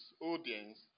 audience